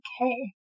Okay